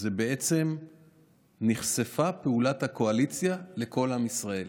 בעצם נחשפה פעולת הקואליציה לכל עם ישראל.